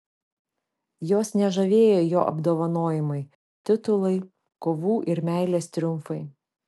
jos nežavėjo jo apdovanojimai titulai kovų ir meilės triumfai